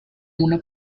una